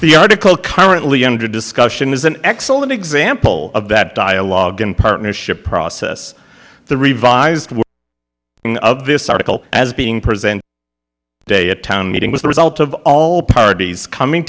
the article currently under discussion is an excellent example of that dialogue and partnership process the revised in of this article as being present day a town meeting was the result of all parties coming